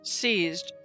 seized